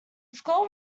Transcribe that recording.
squirrel